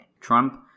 Trump